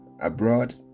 abroad